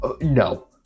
No